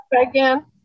again